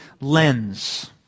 lens